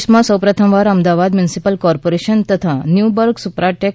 દેશમાં સૌ પ્રથમવાર અમદાવાદ મ્યુનિસિપલ કોર્પોરેશન તથા ન્યુબર્ગ સુપ્રાટેક